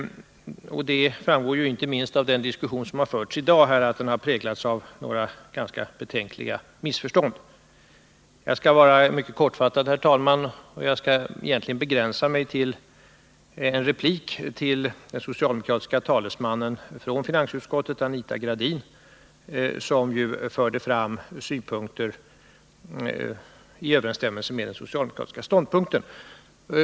Det framgår inte minst av den debatt som förts här i dag att denna diskussion har präglats av några ganska betänkliga missförstånd. Jag skall vara mycket kortfattad, herr talman, och begränsa mig till en replik till den socialdemokratiska ledamoten av finansutskottet Anita Gradin, som ju förde fram synpunkter överensstämmande med den socialdemokratiska ståndpunkten.